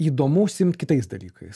įdomu užsiimt kitais dalykais